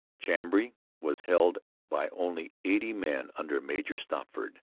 chambly was held by only eighty men under major stopford.